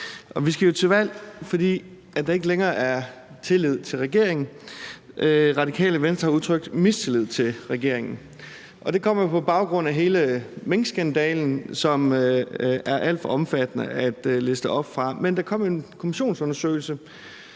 Vi skal jo til valg, fordi der ikke længere er tillid til regeringen. Radikale Venstre har udtrykt mistillid til regeringen, og det kommer jo på baggrund af hele minkskandalen. Det er alt for omfattende at læse op fra det, men der kom en kommissionsundersøgelse,